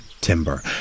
timber